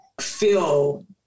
feel